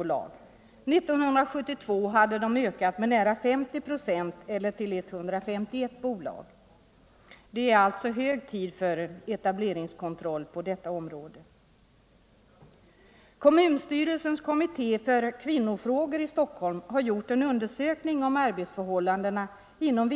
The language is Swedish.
År 1972 hade de ökat med nära 50 procent till 151 bolag. Det är alltså hög tid för en etableringskontroll på detta område. I Stockholm har kommunstyrelsens kommitté för kvinnofrågor gjort en undersökning om arbetsförhållandena inom